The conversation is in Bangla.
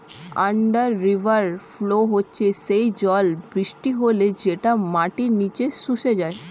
আন্ডার রিভার ফ্লো হচ্ছে সেই জল বৃষ্টি হলে যেটা মাটির নিচে শুষে যায়